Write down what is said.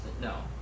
No